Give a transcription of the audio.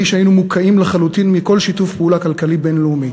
שהיינו מוקעים לחלוטין מכל שיתוף פעולה כלכלי בין-לאומי,